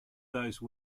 those